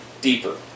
deeper